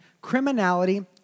criminality